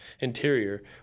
Interior